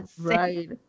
Right